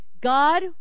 God